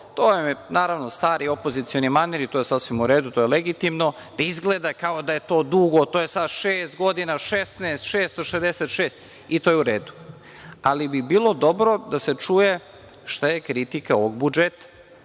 to je, naravno, stari opozicioni manir i to je sasvim u redu, to je legitimno, da izgleda da je to dugo, to je sad šest godina, 16, 666 i to je u redu. Ali, bilo bi dobro da se čuje šta je kritika ovog budžeta. Dakle,